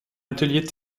atelier